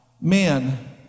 men